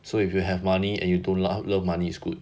so if you have money and you don't lo~ love money is good